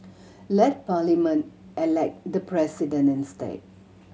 let Parliament elect the President instead